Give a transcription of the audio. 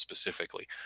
specifically